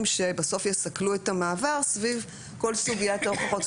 שבסוף יסכלו את המעבר סביב כל סוגיית ההוכחות.